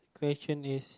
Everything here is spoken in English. question is